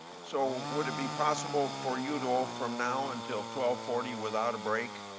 so would it be possible for you to go from now until twelve forty without a break?